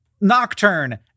nocturne